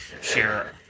share